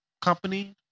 company